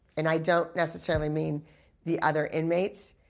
and i don't necessarily mean the other inmates,